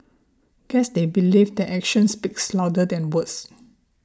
guess they believe that actions speaks louder than words